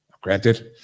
Granted